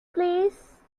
please